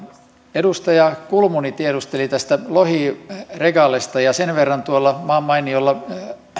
edustaja kulmuni tiedusteli tästä lohiregalesta ja sen verran tuolla maanmainiolla